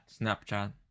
Snapchat